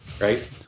Right